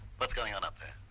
what's going on out